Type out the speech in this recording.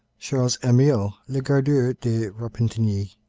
charles amiot, le gardeur de repentigny,